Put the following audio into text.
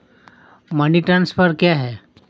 Money transfer क्या है?